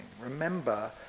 Remember